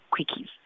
quickies